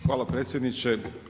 Hvala predsjedniče.